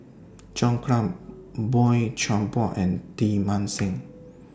John Clang Boey Chuan Poh and Teng Mah Seng